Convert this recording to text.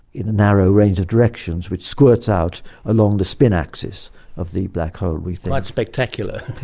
in a narrow range of directions, which squirts out along the spin axis of the black hole we think. quite spectacular.